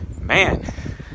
Man